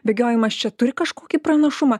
bėgiojimas čia turi kažkokį pranašumą